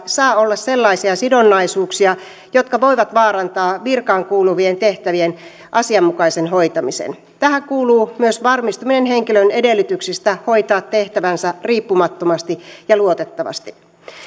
saa olla sellaisia sidonnaisuuksia jotka voivat vaarantaa virkaan kuuluvien tehtävien asianmukaisen hoitamisen tähän kuuluu myös varmistuminen henkilön edellytyksistä hoitaa tehtävänsä riippumattomasti ja luotettavasti